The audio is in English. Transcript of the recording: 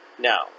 now